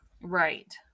Right